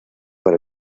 para